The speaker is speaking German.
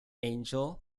angel